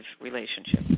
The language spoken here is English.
relationship